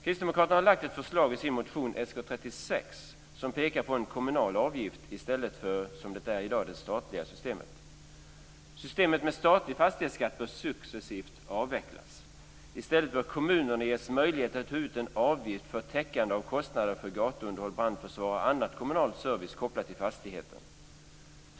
Kristdemokraterna har lagt fram ett förslag i sin motion Sk36 som pekar på en kommunal avgift i stället för som i dag det statliga systemet. Systemet med statlig fastighetsskatt bör successivt avvecklas. I stället bör kommunerna ges möjlighet att ta ut en avgift för täckande av kostnader för gatuunderhåll, brandförsvar och annan kommunal service kopplad till fastigheten.